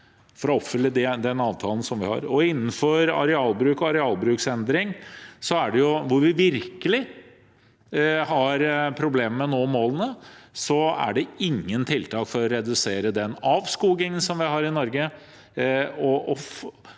for å oppfylle den avtalen som vi har. Innenfor arealbruk og arealbruksendring, hvor vi virkelig har problemer med å nå målene, er det ingen tiltak for å redusere den avskogingen vi har i Norge,